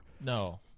No